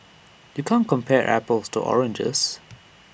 you can't compare apples to oranges